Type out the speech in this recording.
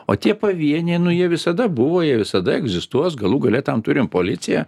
o tie pavieniai nu jie visada buvo jie visada egzistuos galų gale tam turim policiją